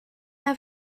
have